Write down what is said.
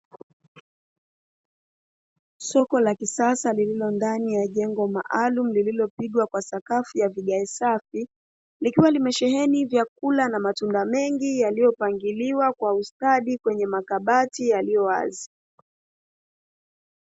Soko la kisasa lililo ndani ya jengo maalumu lililopigwa kwa sakafu ya vigae safi, likiwa limesheheni vyakula na matunda mengi yaliyopangiliwa kwa ustadi kwenye makabati yaliyowazi.